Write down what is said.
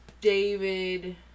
David